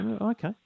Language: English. Okay